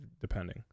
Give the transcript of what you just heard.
depending